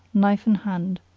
knife in hand